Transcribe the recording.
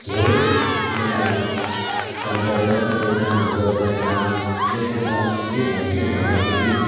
धेरै नेताहरू छन् तर कतिपय कामहरू गरेका छैनन् यस रूपमा के भन्छु भन्दाखेरि